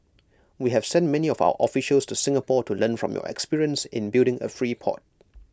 we have sent many of our officials to Singapore to learn from your experience in building A free port